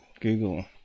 Google